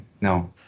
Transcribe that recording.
No